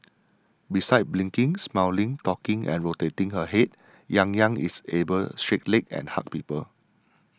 besides blinking smiling talking and rotating her head Yang Yang is able shake ling and hug people